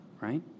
right